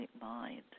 mind